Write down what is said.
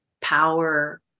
power